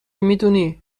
میدونی